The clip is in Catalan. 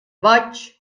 boig